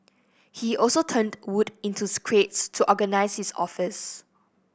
he also turned wood into crates to organise his office